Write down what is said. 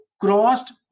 crossed